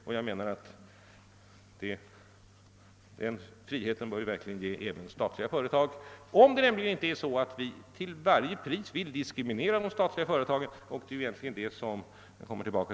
Och jag menar att den friheten bör vi verkligen ge även statliga företag, om vi inte till varje pris vill diskriminera företagen därför att de är statliga.